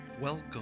Welcome